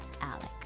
Alec